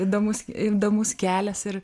įdomus įdomus kelias ir